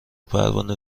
پروانه